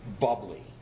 bubbly